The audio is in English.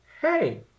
Hey